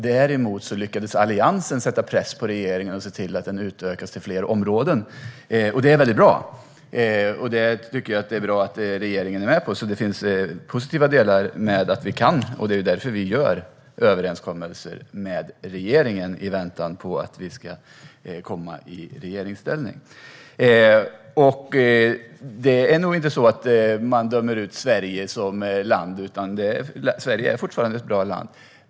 Däremot lyckades Alliansen sätta press på regeringen och se till att det utökas till fler områden, och jag tycker att det är väldigt bra att regeringen är med på det. Det finns alltså positiva saker med att vi kan göra överenskommelser med regeringen, och det är därför vi gör det i väntan på att vi ska komma i regeringsställning. Det är nog inte så att man dömer ut Sverige som land, utan Sverige är fortfarande ett bra land.